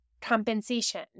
compensation